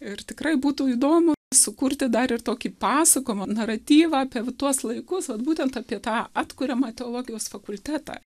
ir tikrai būtų įdomu sukurti dar ir tokį pasakojimą naratyvą apie tuos laikus vat būtent apie tą atkuriamą teologijos fakultetą